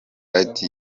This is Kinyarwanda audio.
ati